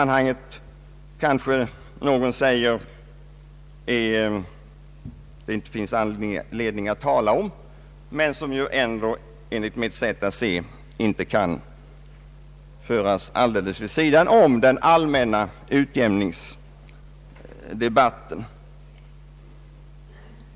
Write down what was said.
Någon kanske anser att det inte finns anledning att ta upp detta i det här sammanhanget, men enligt mitt sätt att se kan denna debatt inte föras helt vid sidan av den allmänna utjämningsdebatten.